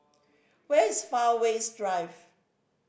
where is Fairways Drive